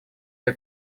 для